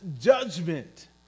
judgment